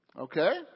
Okay